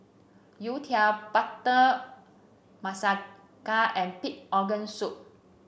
Youtiao butter and Pig Organ Soup